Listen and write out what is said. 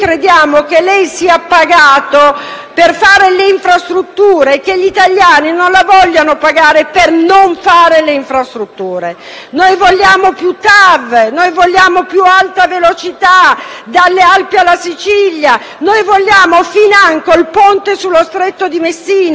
fare le infrastrutture e che gli italiani non la vogliano pagare per non farle. Noi vogliamo più TAV, più alta velocità, dalle Alpi alla Sicilia. Noi vogliamo financo il ponte sullo Stretto di Messina. Noi vogliamo un Ministro che non dica